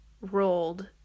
rolled